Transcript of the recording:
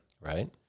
Right